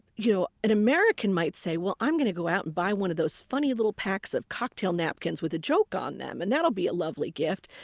you know an american might say, i'm going to go out and buy one of those funny little packs of cocktail napkins with a joke on them and that'll be a lovely gift.